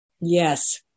Yes